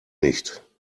nicht